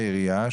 בעירייה,